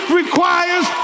requires